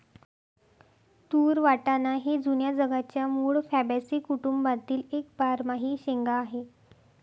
तूर वाटाणा हे जुन्या जगाच्या मूळ फॅबॅसी कुटुंबातील एक बारमाही शेंगा आहे